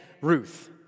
Ruth